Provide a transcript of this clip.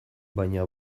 baina